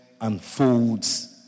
unfolds